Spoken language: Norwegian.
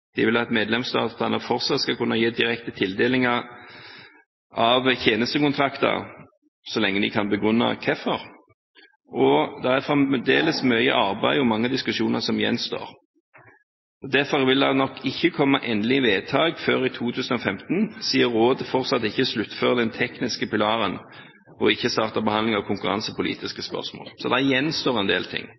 de vil at medlemsstatene fortsatt skal kunne gi direkte tildeling av tjenestekontrakter så lenge de kan begrunne hvorfor, og det er fremdeles mye arbeid og mange diskusjoner som gjenstår. Derfor vil det nok ikke komme endelig vedtak før i 2015, siden rådet fortsatt ikke har sluttført den tekniske pilaren og ikke startet behandlingen av konkurransepolitiske spørsmål. Det gjenstår en del ting,